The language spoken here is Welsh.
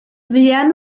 fuan